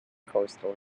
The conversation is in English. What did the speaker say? coastal